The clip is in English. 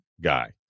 guy